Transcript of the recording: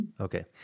Okay